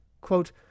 Quote